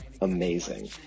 amazing